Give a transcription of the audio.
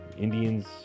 Indians